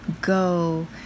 go